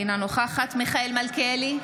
אינה נוכחת מיכאל מלכיאלי,